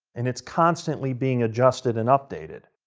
and it's constantly being adjusted and updated.